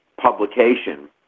publication